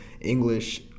English